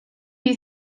you